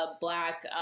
Black